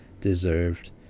deserved